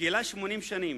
גילה 80 שנה.